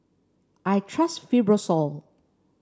I trust Fibrosol